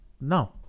no